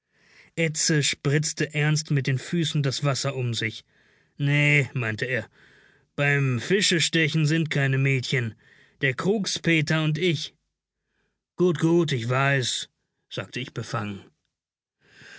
edse spritzte ernst mit den füßen das wasser um sich nee meinte er beim fischestechen sind keine mädchen der krugs peter und ich gut gut ich weiß sagte ich befangen